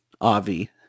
Avi